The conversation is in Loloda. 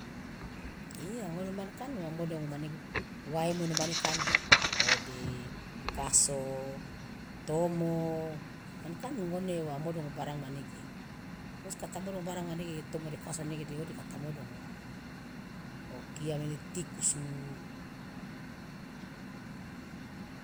iya ngon mane kan wa modongo manege wa emono mane kan ode kaso tomo man kan ngone wa modongo barang manege ngoji katamodongo barang manege tomo de kaso nege de ode katamodongo okia manege tikusu.